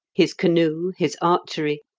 his canoe, his archery,